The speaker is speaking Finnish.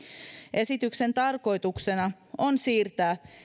esityksen tarkoituksena on siirtää